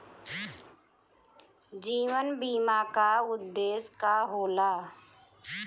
जीवन बीमा का उदेस्य का होला?